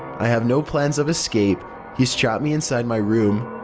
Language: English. i have no plan of escape he's trapped me inside my room.